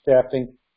staffing